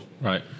Right